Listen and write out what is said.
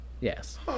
Yes